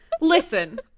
Listen